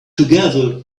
together